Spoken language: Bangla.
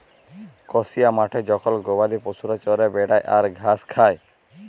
কসিয়া মাঠে জখল গবাদি পশুরা চরে বেড়ায় আর ঘাস খায়